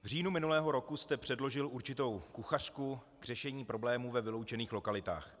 V říjnu minulého roku jste předložil určitou kuchařku k řešení problémů ve vyloučených lokalitách.